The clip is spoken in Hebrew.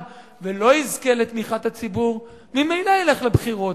ולא יזכה לתמיכת הציבור ממילא ילך לבחירות.